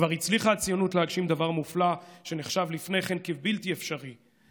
"כבר הצליחה הציונות להגשים דבר מופלא שנחשב לפני כן כבלתי אפשרי,